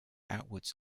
outwards